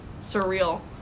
surreal